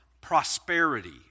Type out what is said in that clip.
prosperity